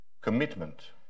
commitment